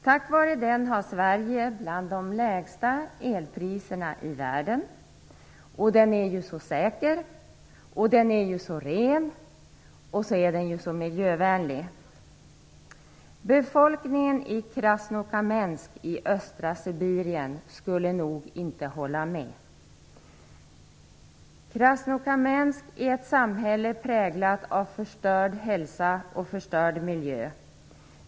Tack vare den har Sverige bland de lägsta elpriserna i världen, och den är ju så säker, så ren och så miljövänlig. Befolkningen i Krasnokamsk i östra Sibirien skulle nog inte hålla med om det. Krasnokâmsk är ett samhälle präglat av förstörd hälsa och förstörd miljö.